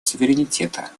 суверенитета